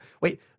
wait